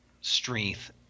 strength